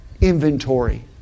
inventory